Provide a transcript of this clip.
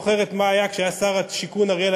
ואני זוכר מה היה כשהיה שר השיכון אריאל